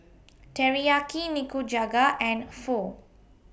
Teriyaki Nikujaga and Pho